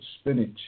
spinach